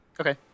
okay